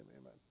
amen